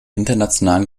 internationalen